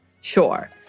sure